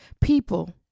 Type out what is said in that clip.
People